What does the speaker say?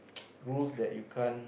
rules that you can't